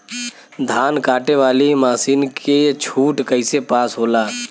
धान कांटेवाली मासिन के छूट कईसे पास होला?